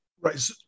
Right